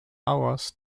hours